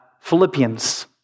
Philippians